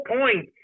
point